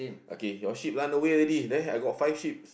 okay your sheep run away already there I got five sheep's